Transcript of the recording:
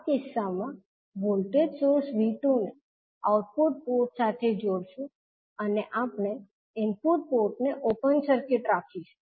આ કિસ્સામાં voltage source 𝐕2 ને આઉટપુટ પોર્ટ સાથે જોડશું અને આપણે ઇનપુટ પોર્ટને ઓપન સર્કિટ રાખીશું